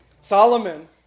Solomon